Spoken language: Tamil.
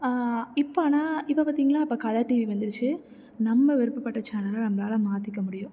இப்போ ஆனால் இப்போப் பாத்தீங்கனா இப்போ கலர் டிவி வந்துடுச்சு நம்ம விருப்பப்பட்ட சேனலை நம்மளால் மாற்றிக்க முடியும்